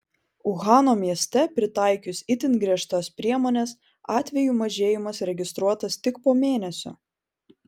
uhano mieste pritaikius itin griežtas priemones atvejų mažėjimas registruotas tik po mėnesio